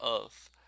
Earth